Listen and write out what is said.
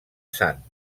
sant